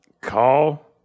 Call